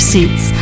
Seats